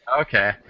Okay